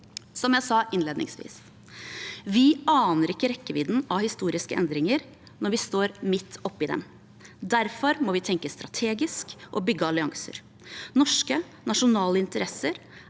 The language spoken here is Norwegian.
Som jeg sa innledningsvis: Vi aner ikke rekkevidden av historiske endringer når vi står midt oppi dem. Derfor må vi tenke strategisk og bygge allianser. Norske nasjonale interesser